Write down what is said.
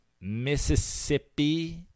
Mississippi